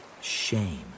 shame